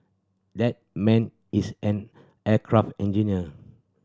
that man is an aircraft engineer